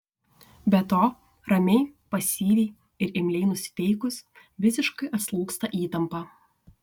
be to ramiai pasyviai ir imliai nusiteikus visiškai atslūgsta įtampa